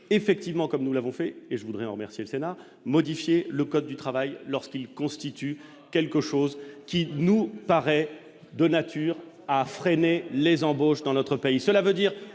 effectivement, comme nous l'avons fait et je voudrais remercier le Sénat modifier le code du travail lorsqu'ils constituent quelque chose qui nous paraît de nature à freiner les embauches dans notre pays, cela veut dire